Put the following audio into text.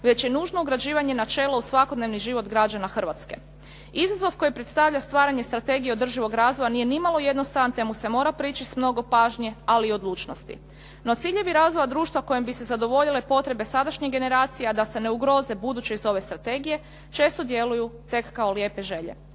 već je nužno ugrađivanje načela u svakodnevni život građana Hrvatske. Izazov koji predstavlja stvaranje Strategije održivog razvoja nije ni malo jednostavan, te mu se mora prići s mnogo pažnje ali i odlučnosti. No, ciljevi razvoja društva kojim bi se zadovoljile potrebe sadašnjih generacija a da se ne ugroze buduće iz ove strategije često djeluju tek kao lijepe želje,